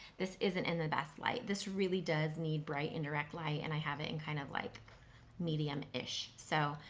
this isn't in the best light. this really does need bright and direct light and i have it in kinda kind of like medium-ish, so,